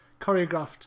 choreographed